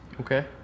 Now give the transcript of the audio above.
Okay